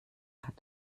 hat